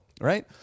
right